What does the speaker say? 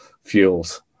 fuels